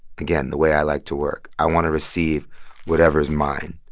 again, the way i like to work. i want to receive whatever is mine,